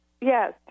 yes